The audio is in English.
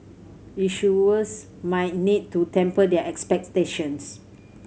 issuers might need to temper their expectations